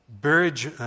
Bridge